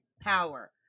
power